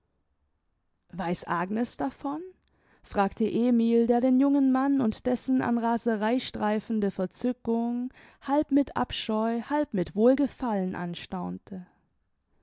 weiß agnes davon fragte emil der den jungen mann und dessen an raserei streifende verzückung halb mit abscheu halb mit wohlgefallen anstaunte